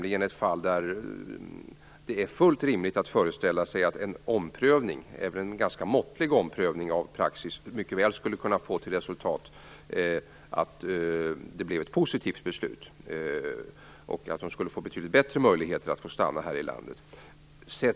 I det fallet är det fullt rimligt att föreställa sig att en omprövning - även en ganska måttlig omprövning - av praxis mycket väl skulle kunna få till resultat att det blev ett positivt beslut som innebar att familjen skulle få betydligt större möjligheter att få stanna här i landet.